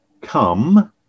come